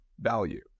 value